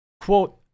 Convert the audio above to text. Quote